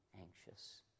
anxious